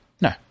No